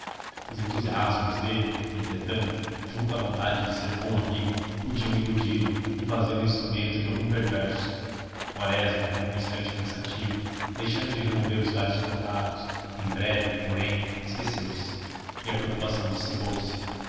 os entusiasmos dele entretanto junto à vontade de ser bom amigo podiam iludi lo e fazê-lo instrumento de algum perverso quaresma ficou um instante pensativo deixando de remover os galhos cortados em breve porém esqueceu-se e a preocupação dissipou-se